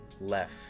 left